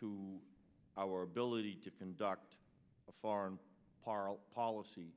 to our ability to conduct foreign p